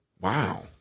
Wow